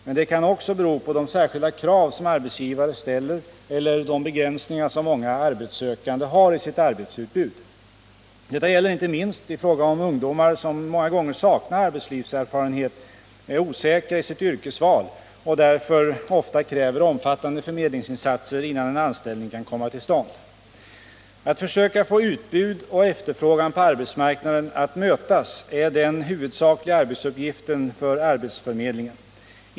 Men det kan också bero på de särskilda krav som arbetsgivare ställer eller de begränsningar som många arbetssökande har i sitt arbetsutbud. Detta gäller inte minst i fråga om ungdomar som många gånger saknar arbetslivserfarenhet, är osäkra i sitt yrkesval och därför ofta kräver omfattande förmedlingsinsatser innan en anställning kan komma till stånd. Att försöka få utbud och efterfrågan på arbetsmarknaden att mötas är den huvudsakliga arbetsuppgiften för arbetsförmedlingen.